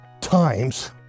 times